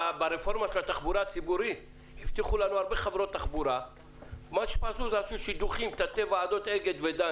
מגוף בנקאי וגם